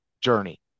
journey